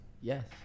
Yes